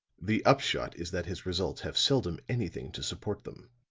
the upshot is that his results have seldom anything to support them.